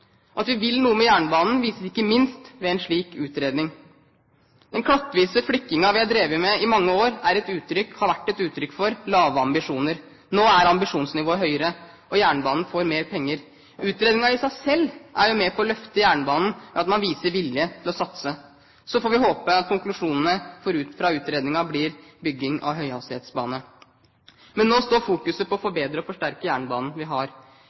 At vi vil noe med jernbanen, vises ikke minst ved en slik utredning. Den klattvise flikkingen vi har drevet med i mange år, har vært et uttrykk for lave ambisjoner. Nå er ambisjonsnivået høyere, og jernbanen får mer penger. Utredningen er i seg selv med på å løfte jernbanen ved at man viser vilje til å satse. Så får vi håpe at konklusjonene fra utredningen blir bygging av høyhastighetsbane. Men nå står fokuset på å forbedre og forsterke den jernbanen vi har.